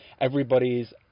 everybody's